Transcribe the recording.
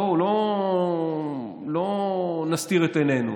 בואו לא נסתיר את עינינו.